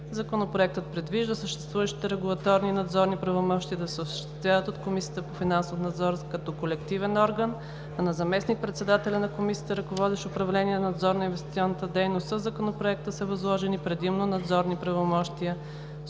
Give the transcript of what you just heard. Законопроектът предвижда съществените регулаторни и надзорни правомощия да се осъществяват от Комисията по финансов надзор като колективен орган, а на заместник-председателя на Комисията, ръководещ управление „Надзор на инвестиционна дейност“, със Законопроекта са възложени предимно надзорни правомощия